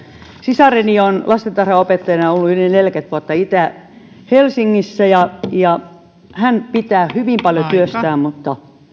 sisareni on lastentarhanopettajana ollut yli neljäkymmentä vuotta itä helsingissä ja ja hän pitää hyvin paljon työstään mutta